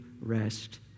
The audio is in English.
rest